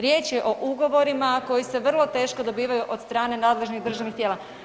Riječ je o ugovorima koji se vrlo teško dobivaju od strane nadležnih državnih tijela.